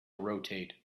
rotate